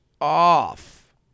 off